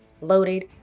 loaded